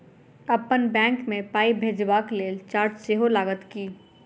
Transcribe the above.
अप्पन बैंक मे पाई भेजबाक लेल चार्ज सेहो लागत की?